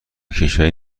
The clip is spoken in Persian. کشوری